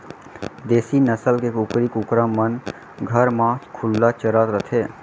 देसी नसल के कुकरी कुकरा मन घर म खुल्ला चरत रथें